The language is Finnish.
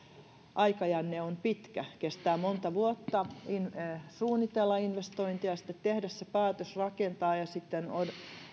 aikajänne on pitkä kestää monta vuotta suunnitella investointi ja sitten tehdä se päätös rakentaa ja sitten oletus on